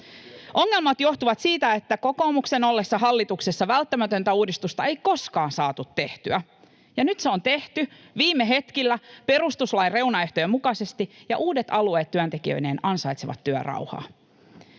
Ongelmat johtuvat siitä, että kokoomuksen ollessa hallituksessa välttämätöntä uudistusta ei koskaan saatu tehtyä. Nyt se on tehty, viime hetkillä perustuslain reunaehtojen mukaisesti ja uudet alueet työntekijöineen ansaitsevat työrauhaa.